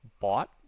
bought